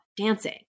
dancing